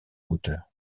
hauteur